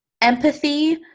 empathy